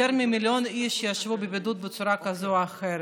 יותר ממיליון איש ישבו בבידוד בצורה כזו או אחרת.